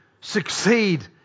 succeed